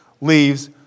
leaves